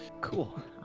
Cool